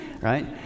right